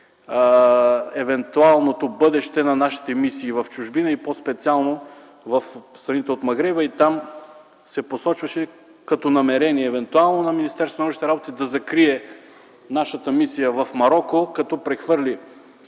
евентуалното бъдеще на нашите мисии в чужбина и по-специално в страните от Магреба и там се посочваше като намерение евентуално на Министерството на външните работи да закрие нашата мисия в Мароко като прехвърли